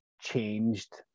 changed